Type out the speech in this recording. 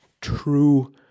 true